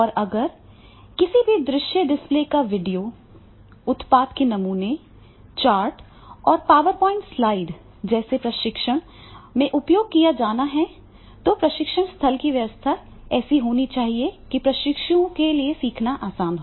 और अगर किसी भी दृश्य डिस्प्ले का वीडियो उत्पाद के नमूने चार्ट और पावर पॉइंट स्लाइड जैसे प्रशिक्षण में उपयोग किया जाना है तो प्रशिक्षण स्थल की व्यवस्था ऐसी होनी चाहिए कि प्रशिक्षुओं के लिए सीखना आसान हो